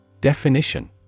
Definition